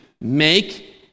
make